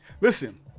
Listen